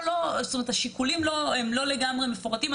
השיקולים הם לא לגמרי מפורטים.